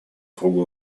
кругу